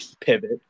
pivot